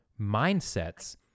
mindsets